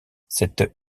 cette